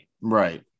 Right